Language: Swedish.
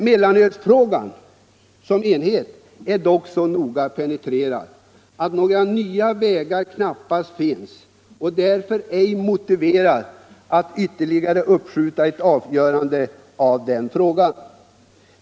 Mellanölsfrågan i sig är dock så noga penetrerad att några nya vägar knappast finns. Det är därför inte motiverat att ytterligare uppskjuta ett avgörande av frågan.